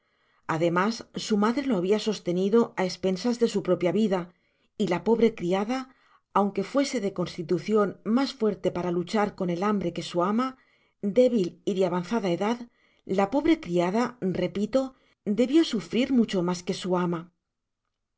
ademas su madre lo habia sostenido á espensas de su propia vida y la pobre criada aunque fuese de constitucion mas fuerte para luchar con el hambre que su ama débil y de avanzada edad la pobre criada repito debió sufrir mucho mas que su ama